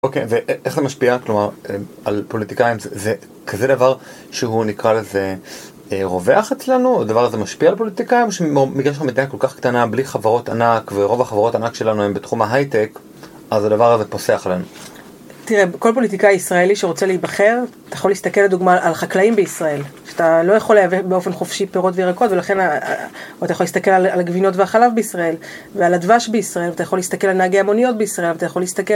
אוקיי. ואיך זה משפיע? כלומר, על פוליטיקאים זה כזה דבר שהוא נקרא לזה רווח אצלנו? או דבר הזה משפיע על פוליטיקאים? או שבגלל שאנחנו מדינה כל כך קטנה, בלי חברות ענק, ורוב החברות ענק שלנו הן בתחום ההייטק, אז הדבר הזה פוסח לנו? תראה, כל פוליטיקאי ישראלי שרוצה להיבחר, אתה יכול להסתכל, לדוגמה, על חקלאים בישראל, שאתה לא יכול לייבא באופן חופשי פירות וירקות, ולכן... או אתה יכול להסתכל על הגבינות והחלב בישראל, ועל הדבש בישראל, ואתה יכול להסתכל על נהגי המוניות בישראל, ואתה יכול להסתכל...